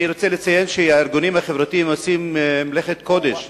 אני רוצה לציין שהארגונים החברתיים עושים מלאכת קודש,